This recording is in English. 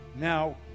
Now